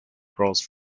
grows